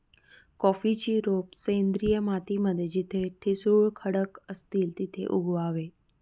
कॉफीची रोप सेंद्रिय माती मध्ये जिथे ठिसूळ खडक असतील तिथे उगवावे